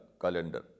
calendar